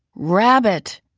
rabbit,